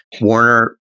Warner